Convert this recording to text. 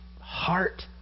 heart